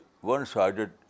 one-sided